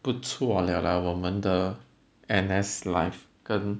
不错了 lah 我们的 N_S life 跟